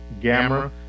gamma